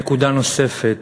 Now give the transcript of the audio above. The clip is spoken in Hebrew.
נקודה נוספת,